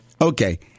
Okay